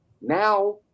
Now